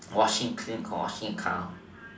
washing washing the car